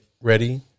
ready